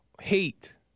hate